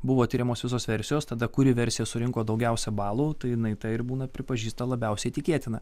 buvo tiriamos visos versijos tada kuri versija surinko daugiausia balų tai jinai ta ir būna pripažįsta labiausiai tikėtina